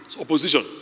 opposition